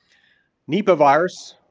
nepa virus,